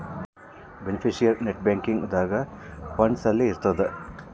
beneficiary net banking ದಾಗ funds ಅಲ್ಲಿ ಇರ್ತದ